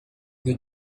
you